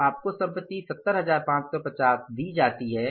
तो आपको संपत्ति 70550 दी जाती है